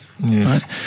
right